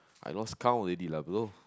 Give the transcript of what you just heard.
I lost count already lah bro